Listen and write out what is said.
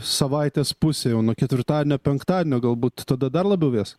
savaitės pusė jau nuo ketvirtadienio penktadienio galbūt tada dar labiau vės